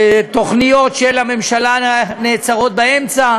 תוכניות של הממשלה נעצרות באמצע,